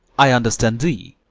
i understand thee,